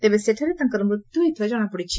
ତେବେ ସେଠାରେ ତାଙ୍କର ମୃତ୍ୟୁ ହୋଇଥିବା ଜଣାପଡିଛି